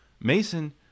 mason